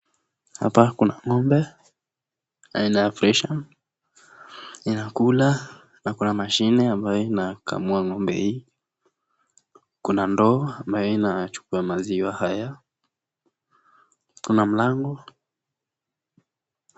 Hapa kuna ng'ombe aina ya freshian , inakula, na kuna mashine ambayo inakamua ng'ombe hii. Kuna ndoo ambayo inachukua maziwa haya, kuna mlango.